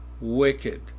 wicked